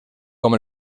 com